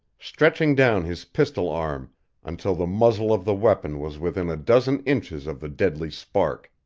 stretching down his pistol arm until the muzzle of the weapon was within a dozen inches of the deadly spark.